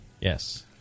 Yes